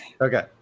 Okay